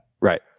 Right